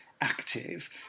active